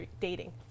dating